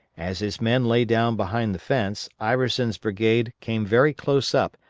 as his men lay down behind the fence, iverson's brigade came very close up,